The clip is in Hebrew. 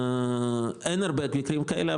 אין הרבה מקרים כאלה,